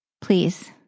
Please